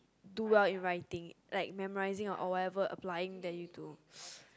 do well in writing like memorizing or or whatever applying that you need to